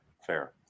fair